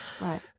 Right